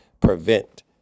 prevent